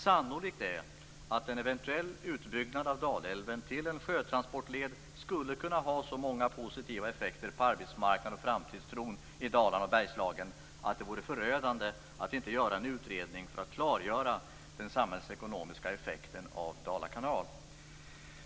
Sannolikt är att en eventuell utbyggnad av Dalälven till en sjötransportled skulle kunna ha så många positiva effekter på arbetsmarknad och framtidstro i Dalarna och Bergslagen att det vore förödande att inte göra en utredning för att klargöra den samhällsekonomiska effekten av Dala kanal.